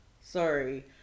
Sorry